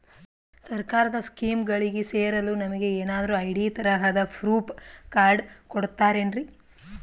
ಸರ್ಕಾರದ ಸ್ಕೀಮ್ಗಳಿಗೆ ಸೇರಲು ನಮಗೆ ಏನಾದ್ರು ಐ.ಡಿ ತರಹದ ಪ್ರೂಫ್ ಕಾರ್ಡ್ ಕೊಡುತ್ತಾರೆನ್ರಿ?